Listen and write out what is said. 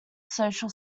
social